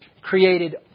created